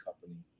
company